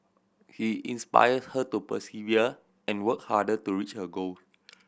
he inspire her to persevere and work harder to reach her goal